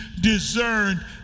discerned